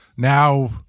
Now